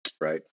Right